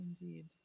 Indeed